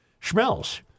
Schmelz